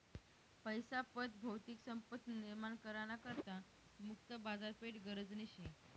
पैसा पत भौतिक संपत्ती निर्माण करा ना करता मुक्त बाजारपेठ गरजनी शे